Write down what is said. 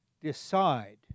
decide